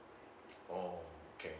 oh okay